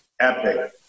Epic